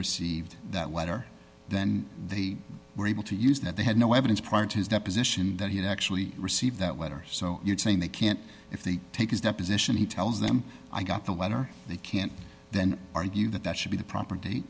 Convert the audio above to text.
received that letter then they were able to use that they had no evidence prior to his deposition that he actually received that whether he so you're saying they can't if they take his deposition he tells them i got the letter they can't then argue that that should be the property